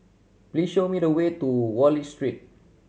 please show me the way to Wallich Street